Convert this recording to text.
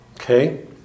Okay